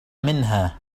منها